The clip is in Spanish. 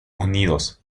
unidos